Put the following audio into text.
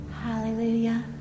Hallelujah